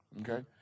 okay